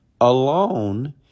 alone